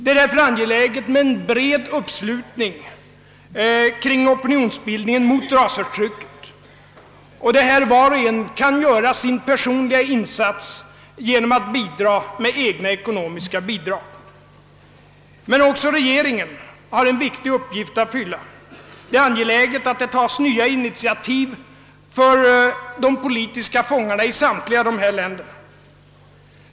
Det är därför angeläget med en bred uppslutning kring opinionsbildningen mot rasförtryck, och var och en kan göra sin personliga insats genom att hjälpa till med egna ekonomiska bidrag. Men också regeringen har en viktig uppgift att fylla. Det är angeläget att ta nya intiativ för de politiska fångarna i samtliga här nämnda länder.